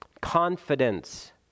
confidence